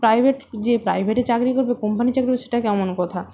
private যে প্রাইভেটে চাকরি করবে কোম্পানির চাকরি করবে সেটা কেমন কথা